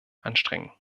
anstrengen